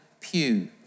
pew